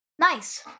Nice